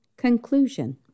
Conclusion